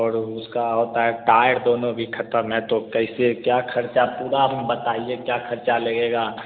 और उसका और टाय टायर दोनों भी ख़त्म हैं तो कैसे क्या ख़र्च पूरा हम बताइए क्या ख़र्च लगेगा